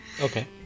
Okay